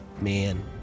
man